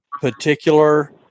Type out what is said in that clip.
particular